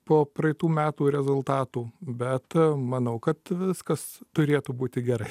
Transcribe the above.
po praeitų metų rezultatų bet manau kad viskas turėtų būti gerai